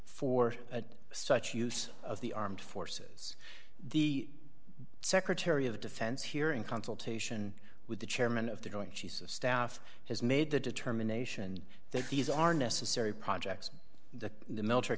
for such use of the armed forces the secretary of defense here in consultation with the chairman of the joint chiefs of staff has made the determination that these are necessary projects that the military